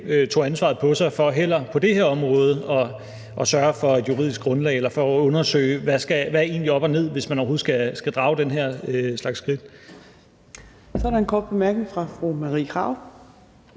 her område heller for at sørge for et juridisk grundlag eller for at undersøge, hvad der egentlig er op og ned, hvis man overhovedet skal tage den her slags skridt.